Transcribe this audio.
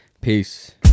peace